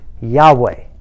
Yahweh